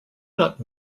not